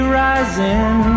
rising